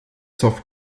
zoff